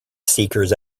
seekers